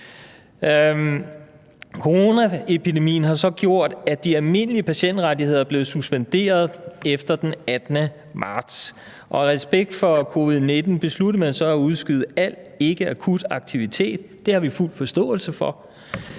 Coronaepidemien har så gjort, at de almindelige patientrettigheder er blevet suspenderet efter den 18. marts, og af respekt for covid-19 besluttede man så at udskyde al ikkeakut aktivitet. Det har vi fuld forståelse for.